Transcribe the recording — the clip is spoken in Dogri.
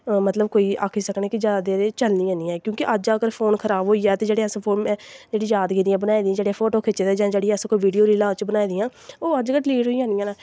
मतलब आक्खी सकने जैदा देर कोई चलनी निं ऐ क्योंकि अज्ज अगर फोन अगर खराब होई जा ते जेह्ड़ी यादगिरी बनाई दियां जां जेह्ड़े फोटो खिच्चे दे जां जेह्ड़ियां कोई वीडियो रीलां ओह्दे च बनाई दियां ओह् अज्ज गै डलीट होई जानियां न